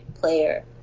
player